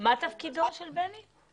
ומה הם עושים למניעה.